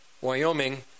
Wyoming